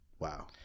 Wow